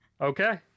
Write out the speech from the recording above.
Okay